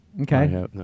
Okay